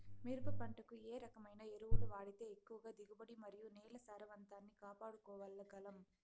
మిరప పంట కు ఏ రకమైన ఎరువులు వాడితే ఎక్కువగా దిగుబడి మరియు నేల సారవంతాన్ని కాపాడుకోవాల్ల గలం?